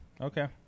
okay